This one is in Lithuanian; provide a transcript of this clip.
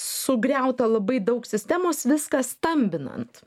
sugriauta labai daug sistemos viską stambinant